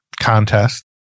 contest